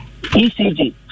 ECG